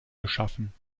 geschaffen